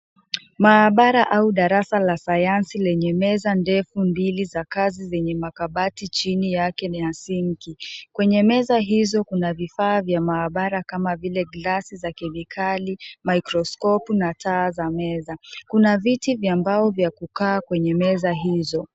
Maabara au darasa la sayansi lenye meza ndefu mbili za kazi zenye makabati chini yake na ya sinki. Kwenye meza hizo kuna vifaa vya maabara kama vile glasi za kemikali, maikroskopu na taa za meza. Kuna viti vya mbao vya kukaa kwenye meza hizo.